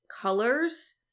colors